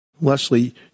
leslie